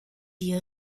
die